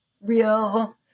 real